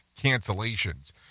cancellations